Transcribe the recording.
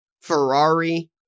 Ferrari